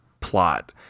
plot